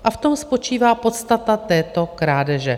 A v tom spočívá podstata této krádeže.